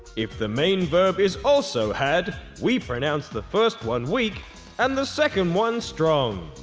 if the main verb is also had, we pronounce the first one weak and the second one strong.